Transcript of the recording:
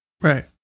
Right